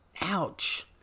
ouch